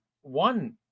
one